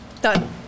Done